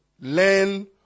Learn